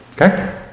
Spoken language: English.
Okay